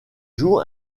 joue